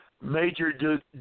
major